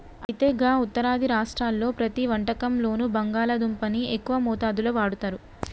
అయితే గా ఉత్తరాది రాష్ట్రాల్లో ప్రతి వంటకంలోనూ బంగాళాదుంపని ఎక్కువ మోతాదులో వాడుతారు